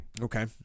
Okay